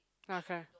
okay